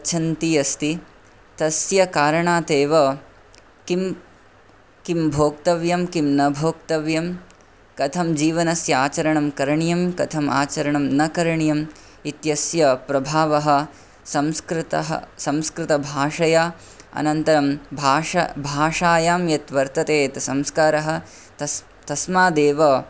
गच्छन्ती अस्ति तस्य कारणात् एव किं भोक्तव्यं किं न भोक्तव्यं कथं जीवनस्य आचरणं करणीयं कथम् आचरणं न करणीयम् इत्यस्य प्रभावः संस्कृतः संस्कृतभाषया अनन्तरं भाषा भाषायां यत् वर्तते यत् संस्कारः तस् तस्मादेव